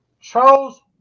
Charles